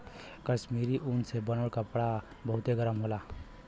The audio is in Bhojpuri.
कश्मीरी ऊन से बनल कपड़ा बहुते गरम होला